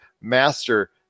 master